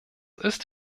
ist